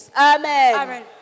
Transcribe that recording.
Amen